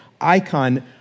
icon